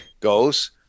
goes –